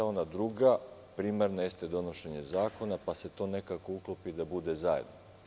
Ona druga uloga, primarna, jeste donošenje zakona, pa se to nekako uklopi da bude zajedno.